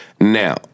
Now